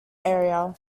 area